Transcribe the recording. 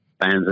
fans